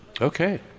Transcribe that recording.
okay